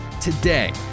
Today